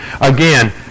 again